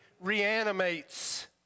reanimates